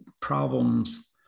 problems